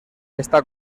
está